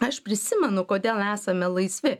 aš prisimenu kodėl esame laisvi